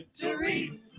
victory